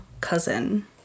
cousin